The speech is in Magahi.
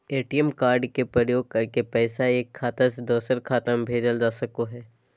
ए.टी.एम कार्ड के प्रयोग करके पैसा एक खाता से दोसर खाता में भेजल जा सको हय